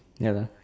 ya lah